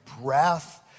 breath